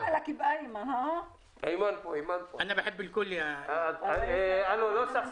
אין לנו שום